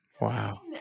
Wow